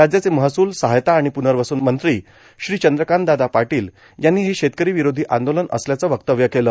राज्याने महसूल मदत आणि पुनर्वसन मंत्री श्री चंद्रकांतदादा पाटील यांनी हे शेतकरी विरोधी आंदोलन असल्याचं वक्तव्य केलं